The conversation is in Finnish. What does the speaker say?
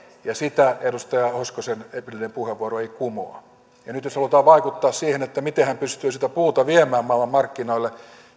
sitä edustaja hoskosen edellinen puheenvuoro ei kumoa nyt jos halutaan vaikuttaa siihen miten hän pystyy sitä puuta viemään maailmanmarkkinoille